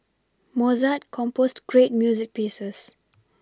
Mozart composed great music pieces